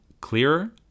clearer